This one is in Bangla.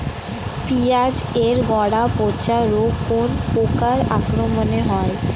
পিঁয়াজ এর গড়া পচা রোগ কোন পোকার আক্রমনে হয়?